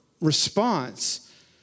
response